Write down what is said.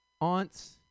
aunts